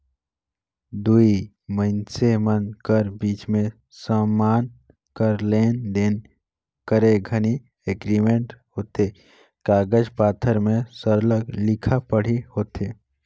दुई मइनसे मन कर बीच में समान कर लेन देन करे घनी एग्रीमेंट होथे कागज पाथर में सरलग लिखा पढ़ी होथे